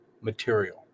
material